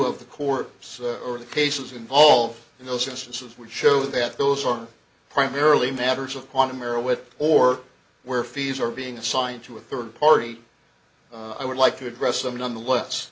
of the corpus or the cases involved in those instances would show that those are primarily matters of quantum era with or where fees are being assigned to a third party i would like to address them nonetheless